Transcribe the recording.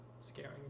scaring